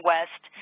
West